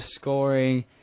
scoring